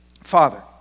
Father